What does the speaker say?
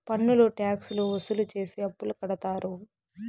పన్నులు ట్యాక్స్ లు వసూలు చేసి అప్పులు కడతారు